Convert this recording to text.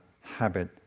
habit